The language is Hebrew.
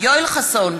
יואל חסון,